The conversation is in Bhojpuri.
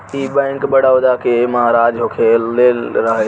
ई बैंक, बड़ौदा के महाराजा खोलले रहले